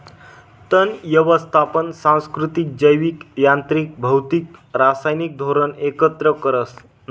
तण यवस्थापन सांस्कृतिक, जैविक, यांत्रिक, भौतिक, रासायनिक धोरण एकत्र करस